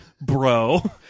bro